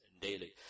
daily